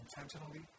intentionally